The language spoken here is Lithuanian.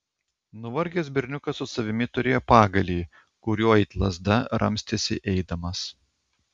nuvargęs berniukas su savimi turėjo pagalį kuriuo it lazda ramstėsi eidamas